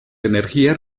energías